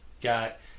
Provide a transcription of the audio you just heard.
got